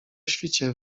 świcie